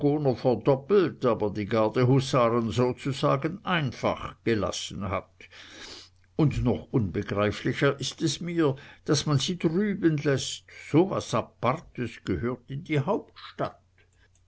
verdoppelt aber die gardehusaren sozusagen einfach gelassen hat und noch unbegreiflicher ist es mir daß man sie drüben läßt so was apartes gehört in die hauptstadt